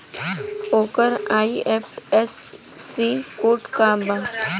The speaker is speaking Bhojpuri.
ओकर आई.एफ.एस.सी कोड का बा?